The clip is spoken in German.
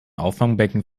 auffangbecken